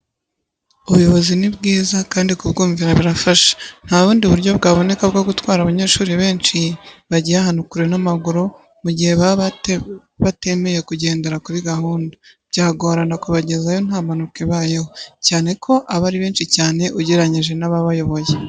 Ubuyobozi ni bwiza kandi kubwumvira birafasha; nta bundi buryo bwaboneka bwo gutwara abanyeshuri benshi, bagiye ahantu kure n'amaguru, mu gihe baba batemeye kugendera kuri gahunda, byagorana kubagezayo nta mpanuka ibayeho, cyane ko aba ari benshi cyane, ugereranyije n'ababayoboye.